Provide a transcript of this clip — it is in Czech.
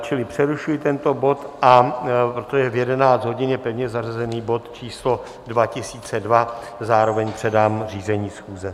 Čili přerušuji tento bod, a protože v 11 hodin je pevně zařazený bod číslo 2002 , zároveň předám řízení schůze.